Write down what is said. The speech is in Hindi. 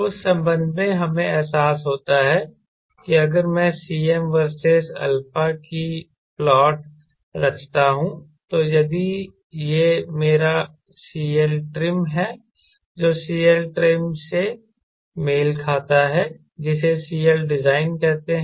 उस संबंध में हमें एहसास होता है कि अगर मैं Cm वर्सेस α की प्लॉट रचता हूं तो यदि यह मेरा αtrim है जो CLtrim से मेल खाता है जिसे CLdesign कहते हैं